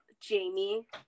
Jamie